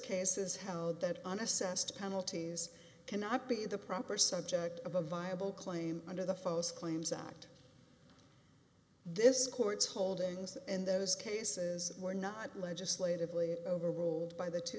cases held that an assessed penalties cannot be the proper subject of a viable claim under the false claims act this court's holdings in those cases were not legislatively overruled by the two